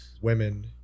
women